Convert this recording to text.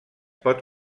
pot